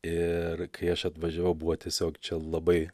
ir kai aš atvažiavau buvo tiesiog čia labai